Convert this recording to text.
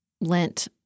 Lent